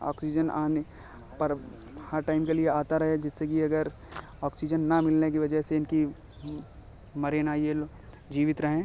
oxygen आने पर हर टाइम के लिए आता रहे जिससे कि अगर ऑक्सीजन न मिलने की वजह से इनकी मरे न यह लोग जीवित रहें